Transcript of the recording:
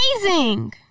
amazing